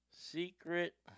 Secret